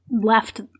left